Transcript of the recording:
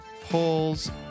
polls